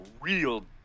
real